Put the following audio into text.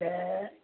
त